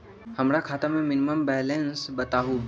हमरा खाता में मिनिमम बैलेंस बताहु?